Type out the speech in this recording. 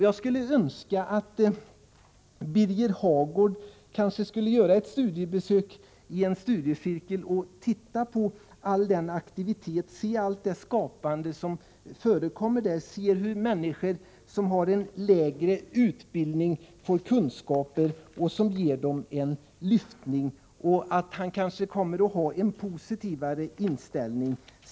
Jag skulle önska att Birger Hagård gjorde ett studiebesök i en studiecirkel, studerade all den aktivitet och det skapande som förekommer där samt såg hur människor som har en lägre utbildning får kunskaper som ger dem en lyftning. I fortsättningen kommer han kanske att ha en positivare inställning.